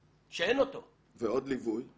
יש לו מסלול, לאותו מערך הסעות.